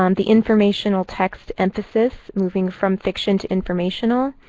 um the informational text emphasis, moving from fiction to informational.